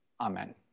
Amen